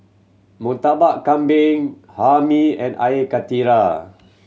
Murtabak Kambing Hae Mee and karthira